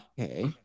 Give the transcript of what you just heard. okay